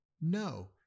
no